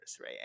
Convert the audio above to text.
right